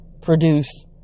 produce